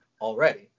already